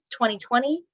2020